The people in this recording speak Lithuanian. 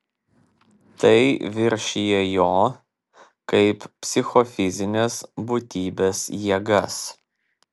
tai viršija jo kaip psichofizinės būtybės jėgas